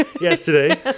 Yesterday